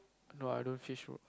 do I don't fish